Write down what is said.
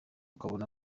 ukabona